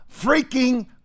freaking